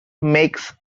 makes